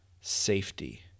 safety